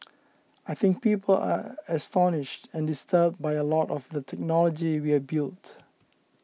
I think people are astonished and disturbed by a lot of the technology we have built